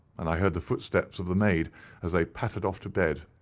and i heard the footsteps of the maid as they pattered off to bed.